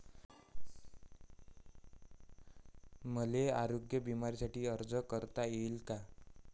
मले आरोग्य बिम्यासाठी अर्ज करता येईन का?